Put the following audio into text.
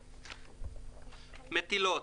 "מטילות"